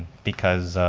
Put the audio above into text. because